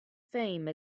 fame